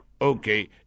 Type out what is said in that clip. okay